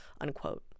unquote